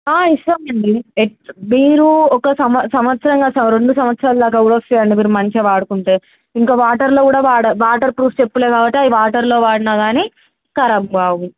ఇస్తష్టామండి మీరు ఒక సంవ సంవత్సరంగా స రెండు సంవత్సరాాల దాకా కూడా వస్తాయండి మీరు మంచిగా వాడుకుంటే ఇంకా వాటర్లో కూడా వాడ వాటర్ ప్రూఫ్ చెప్పలే కాబట్టి ఈవి వాటర్లో వాడినా కాని ఖరాబ్ కావు